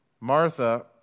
Martha